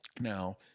Now